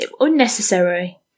Unnecessary